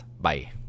Bye